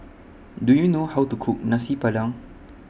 Do YOU know How to Cook Nasi Padang